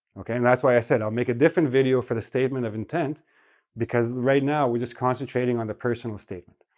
okay, and that's why i said i'll make a different video for the statement of intent because, right now, we're just concentrating on the personal statement.